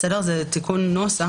זה תיקון נוסח.